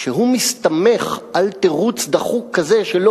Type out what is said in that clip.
כשהוא מסתמך על תירוץ דחוק כזה ש"לא